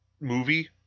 movie